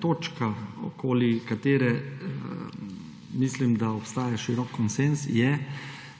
točka, okoli katere mislim, da obstaja širok konsenz, je,